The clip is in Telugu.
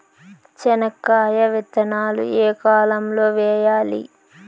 చెనక్కాయ విత్తనాలు ఏ కాలం లో వేయాలి?